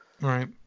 Right